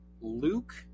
Luke